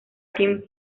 kim